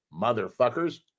motherfuckers